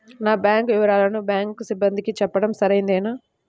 నా బ్యాంకు వివరాలను బ్యాంకు సిబ్బందికి చెప్పడం సరైందేనా?